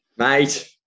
Mate